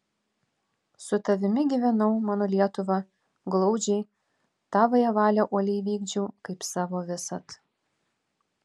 su tavimi gyvenau mano lietuva glaudžiai tavąją valią uoliai vykdžiau kaip savo visad